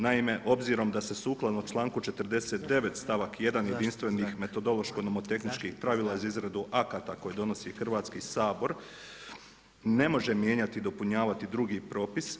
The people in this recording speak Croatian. Naime obzirom da se sukladno članku 49., stavak 1. jedinstvenih metodološko nomotehničkih pravila za izradu akata koje donosi Hrvatski sabor, ne može mijenjati, dopunjavati drugi propis.